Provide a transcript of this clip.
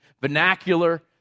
vernacular